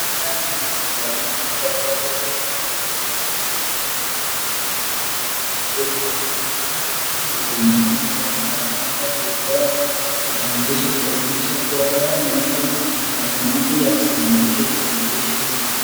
Hapa ni hospitalini naye daktari huyu ameweza kuvalia barakoa nao wengine wanaonekana kuwa katika ile sehemu. Hapa ni huduma Kenya ambapo hawa wameweza kupewa kitambulisho kuashiria kuwa hawa ni wakenya na wako na haki ya kumiliki kitambulisho hicho.